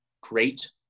great